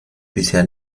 bisher